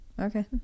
okay